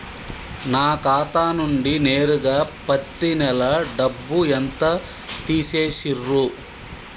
నా ఖాతా నుండి నేరుగా పత్తి నెల డబ్బు ఎంత తీసేశిర్రు?